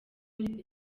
muri